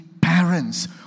parents